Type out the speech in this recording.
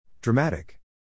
Dramatic